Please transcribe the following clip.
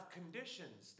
conditions